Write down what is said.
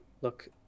look